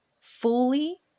fully